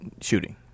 shooting